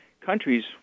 countries